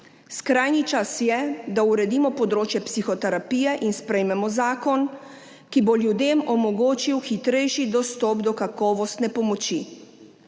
Skrajni čas je, da uredimo področje psihoterapije in sprejmemo zakon, ki bo ljudem omogočil hitrejši dostop do kakovostne pomoči.